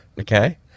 Okay